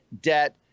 debt